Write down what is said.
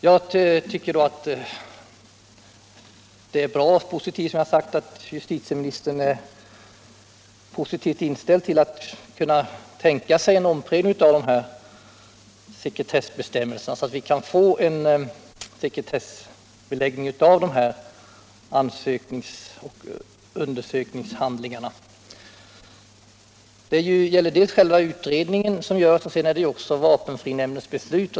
Jag tycker som sagt att det är bra att justitieministern är positivt inställd till en omprövning av sekretessbestämmelserna, så att vi kan få en sekretessbeläggning av ansökningsoch undersökningshandlingarna i detta fall. Det gäller här att skilja mellan dels den utredning som görs, dels vapenfrinämndens beslut.